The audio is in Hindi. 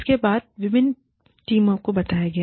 इसके बारे में विभिन्न टीमों को बताया गया